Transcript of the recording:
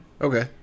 Okay